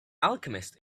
alchemist